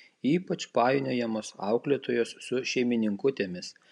ypač painiojamos auklėtojos su šeimininkutėmis